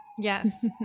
Yes